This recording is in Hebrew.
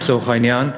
לצורך העניין,